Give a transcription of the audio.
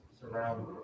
Surround